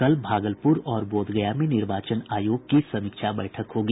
कल भागलपुर और बोधगया में निर्वाचन आयोग की समीक्षा बैठक होगी